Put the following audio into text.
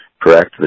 correct